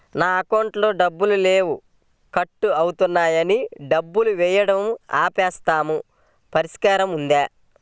నా అకౌంట్లో డబ్బులు లేవు కట్ అవుతున్నాయని డబ్బులు వేయటం ఆపేసాము పరిష్కారం ఉందా?